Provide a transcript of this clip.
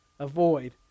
Avoid